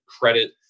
credit